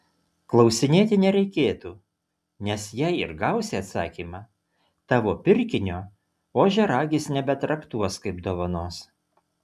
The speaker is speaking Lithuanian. klausinėti nereikėtų nes jei ir gausi atsakymą tavo pirkinio ožiaragis nebetraktuos kaip dovanos